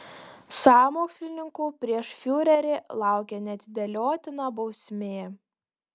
sąmokslininkų prieš fiurerį laukia neatidėliotina bausmė